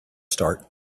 start